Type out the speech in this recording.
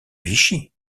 vichy